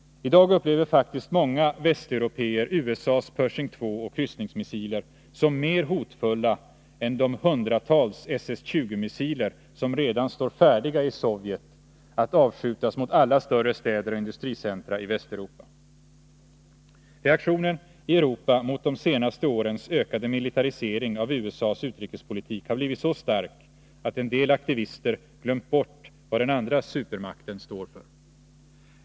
I dag upplever faktiskt många västeuropéer USA:s Pershing 2 och kryssningsmissiler som mer hotfyllda än de hundratals SS 20-missiler som redan står färdiga i Sovjet att avskjutas mot alla större städer och industricentra i Västeuropa. Reaktionen i Europa mot de senaste årens ökade militarisering av USA:s utrikespolitik har blivit så stark att en del aktivister glömt bort vad den andra supermakten står för.